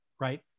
right